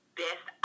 best